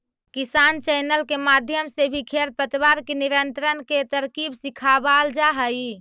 किसान चैनल के माध्यम से भी खेर पतवार के नियंत्रण के तरकीब सिखावाल जा हई